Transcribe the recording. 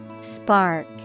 Spark